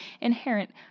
inherent